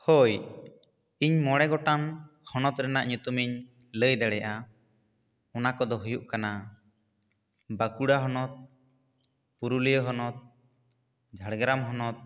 ᱦᱳᱭ ᱤᱧ ᱢᱚᱬᱮ ᱜᱚᱴᱟᱝ ᱦᱚᱱᱚᱛ ᱨᱮᱱᱟᱜ ᱧᱩᱛᱩᱢ ᱤᱧ ᱞᱟᱹᱭ ᱫᱟᱲᱮᱭᱟᱜᱼᱟ ᱚᱱᱟ ᱠᱚ ᱫᱚ ᱦᱩᱭᱩᱜ ᱠᱟᱱᱟ ᱵᱟᱸᱠᱩᱲᱟ ᱦᱚᱱᱚᱛ ᱯᱩᱨᱩᱞᱤᱭᱟᱹ ᱦᱚᱱᱚᱛ ᱡᱷᱟᱲᱜᱨᱟᱢ ᱦᱚᱱᱚᱛ